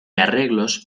arreglos